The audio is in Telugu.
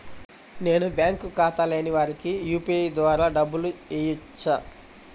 నేను బ్యాంక్ ఖాతా లేని వారికి యూ.పీ.ఐ ద్వారా డబ్బులు వేయచ్చా?